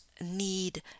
need